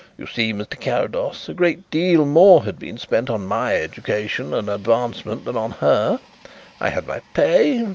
you see, mr. carrados, a great deal more had been spent on my education and advancement than on her i had my pay, and,